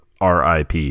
rip